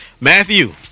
Matthew